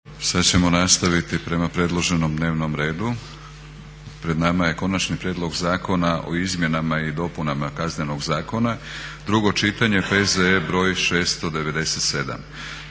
Sada ćemo nastaviti prema predloženom dnevnom redu. Pred nama je: - Konačni prijedlog zakona o izmjenama i dopunama Kaznenog zakona, drugo čitanje, P.Z.E. br. 697